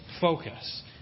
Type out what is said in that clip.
focus